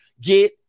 Get